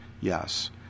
yes